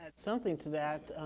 something to that.